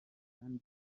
kandi